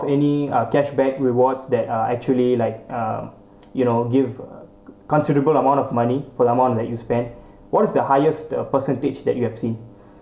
any uh cashback rewards that uh actually like uh you know give considerable amount of money for amount that you spend what is the highest the percentage that you have seen